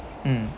mm